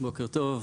בוקר טוב.